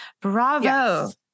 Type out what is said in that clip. bravo